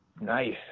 nice